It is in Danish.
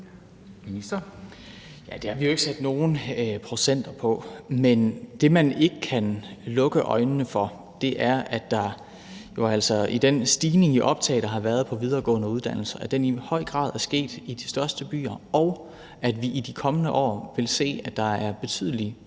vi jo ikke sat nogen procenter på. Men det, man ikke kan lukke øjnene for, er altså, at den stigning i optaget, der har været på de videregående uddannelser, i høj grad er sket i de største byer, og at vi i de kommende år vil se, at der er betydelige